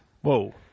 Whoa